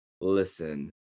listen